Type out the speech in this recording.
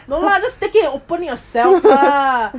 no lah just take it and open it yourself lah